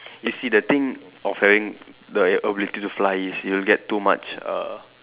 you see the thing of having the ability to fly is you'll get too much err